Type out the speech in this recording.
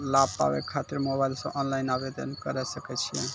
लाभ पाबय खातिर मोबाइल से ऑनलाइन आवेदन करें सकय छियै?